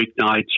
weeknights